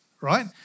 right